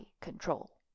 control